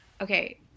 Okay